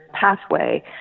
pathway